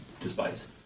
despise